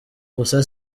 gusa